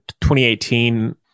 2018